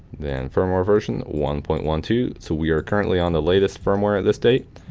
then firmware version one point one two, so we are currently on the latest firmware at this date,